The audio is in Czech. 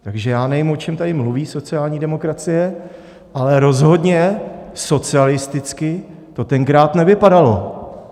Takže já nevím, o čem tady mluví sociální demokracie, ale rozhodně socialisticky to tenkrát nevypadalo.